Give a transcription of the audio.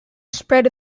spread